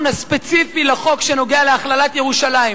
הספציפי לחוק שנוגע להכללת ירושלים,